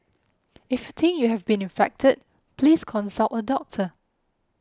if you think you have been infected please consult a doctor